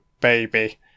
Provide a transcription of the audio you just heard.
baby